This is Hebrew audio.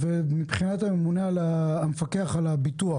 ומבחינת המפקח על הביטוח,